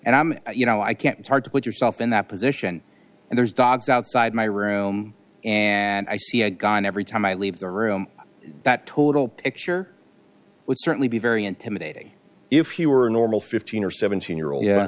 and i'm you know i can't hard to put yourself in that position and there's dogs outside my room and i see a gun every time i leave the room that total picture would certainly be very intimidating if you were a normal fifteen or seventeen year old